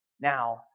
Now